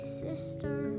sister